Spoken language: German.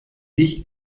ich